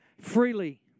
freely